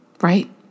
right